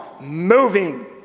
moving